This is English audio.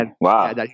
Wow